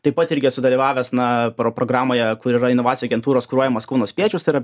taip pat irgi esu dalyvavęs na pro programoje kur yra inovacijų agentūros kuruojamas kauno spiečius tai yra